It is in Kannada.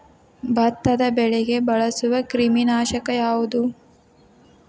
ಭತ್ತದ ಬೆಳೆಗೆ ಬಳಸುವ ಕ್ರಿಮಿ ನಾಶಕ ಯಾವುದು?